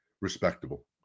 respectable